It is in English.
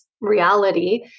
reality